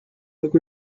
book